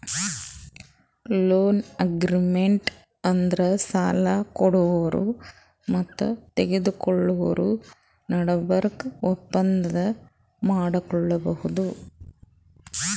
loan agreement ಅಂದ್ರ ಸಾಲ ಕೊಡೋರು ಮತ್ತ್ ತಗೋಳೋರ್ ನಡಬರ್ಕ್ ಒಪ್ಪಂದ್ ಮಾಡ್ಕೊಳದು